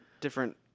different